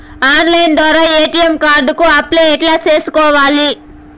Online ద్వారా ATM card కు apply ఎట్లా సేసుకోవాలి?